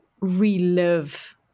relive